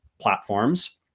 platforms